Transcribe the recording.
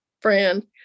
friend